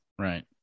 Right